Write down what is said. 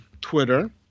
Twitter